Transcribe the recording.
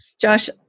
Josh